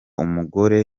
umugore